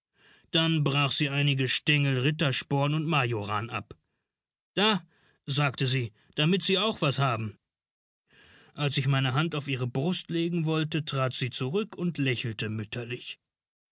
dann brach sie einige stengel rittersporn und majoran ab da sagte sie damit sie auch was haben als ich meine hand auf ihre brust legen wollte trat sie zurück und lächelte mütterlich